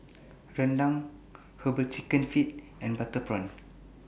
Rendang Herbal Chicken Feet and Butter Prawn